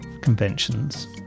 conventions